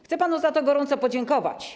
Chcę panu za to gorąco podziękować.